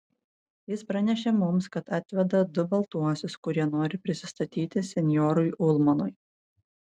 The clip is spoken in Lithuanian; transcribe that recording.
jis pranešė mums kad atveda du baltuosius kurie nori prisistatyti senjorui ulmanui